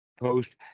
post